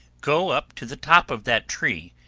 go up to the top of that tree,